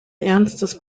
ernstes